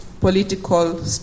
political